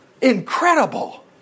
Incredible